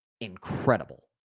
incredible